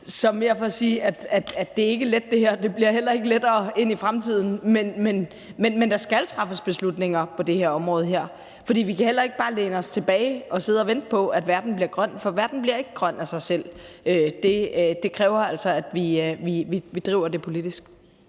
bliver lettere i fremtiden. Men der skal træffes beslutninger på det her område, for vi kan heller ikke bare læne os tilbage og sidde og vente på, at verden bliver grøn, for verden bliver ikke grøn af sig selv; det kræver altså, at vi driver det frem politisk.